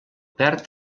perd